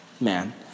man